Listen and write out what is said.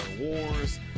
Wars